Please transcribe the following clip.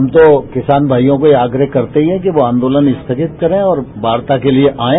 हम तो किसान भाइयों को यह आग्रह करते हैं कि वो आंदोलन स्थगित करें और वार्ता के लिए आएं